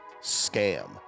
scam